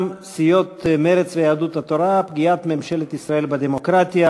סיעות מרצ ויהדות התורה: פגיעת ממשלת ישראל בדמוקרטיה.